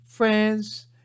friends